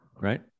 right